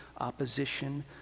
opposition